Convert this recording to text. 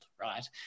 right